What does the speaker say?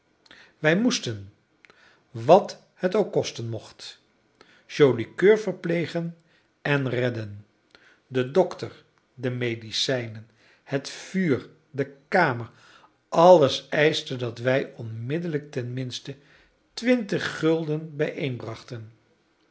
wij moesten wat het ook kosten mocht joli coeur verplegen en redden de dokter de medicijnen het vuur de kamer alles eischte dat wij onmiddellijk tenminste twintig gulden